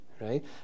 right